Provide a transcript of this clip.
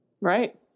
Right